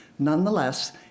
Nonetheless